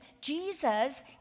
Jesus